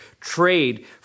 trade